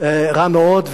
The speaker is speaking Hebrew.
רע מאוד.